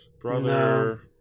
brother